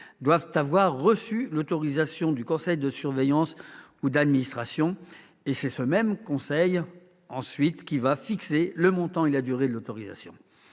doivent avoir reçu l'autorisation du conseil de surveillance ou d'administration, et c'est ce même conseil qui va ensuite fixer le montant et la durée de l'autorisation.